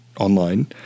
online